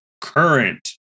current